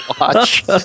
watch